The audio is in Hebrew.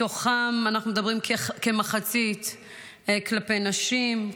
מתוכם אנחנו מדברים על כמחצית כלפי נשים,